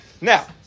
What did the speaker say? Now